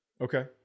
Okay